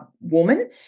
woman